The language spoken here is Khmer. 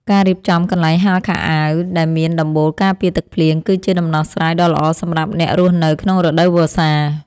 ការរៀបចំកន្លែងហាលខោអាវដែលមានដំបូលការពារទឹកភ្លៀង គឺជាដំណោះស្រាយដ៏ល្អសម្រាប់អ្នករស់នៅក្នុងរដូវវស្សា។